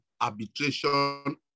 Arbitration